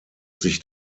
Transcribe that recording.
sich